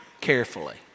carefully